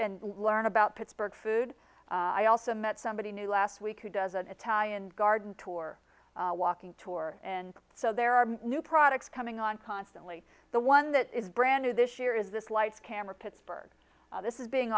and learn about pittsburgh food i also met somebody new last week who does an italian garden tour walking tour and so there are new products coming on constantly the one that is brand new this year is this lights camera pittsburgh this is being